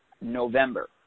November